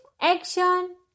action